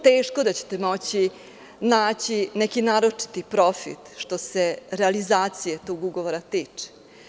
Teško da ćete moći naći neki naročiti profit, što se realizacije tog ugovora tiče.